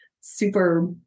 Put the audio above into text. super